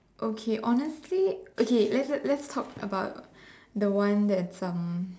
okay honestly okay let's just let's talk about the one that's um